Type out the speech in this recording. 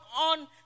on